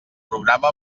programa